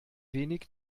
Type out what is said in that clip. wenig